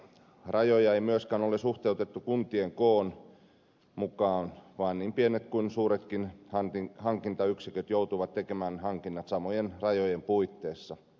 rajoja ei ole myöskään suhteutettu kuntien koon mukaan vaan niin pienet kuin suuretkin hankintayksiköt joutuvat tekemään hankinnat samojen rajojen puitteissa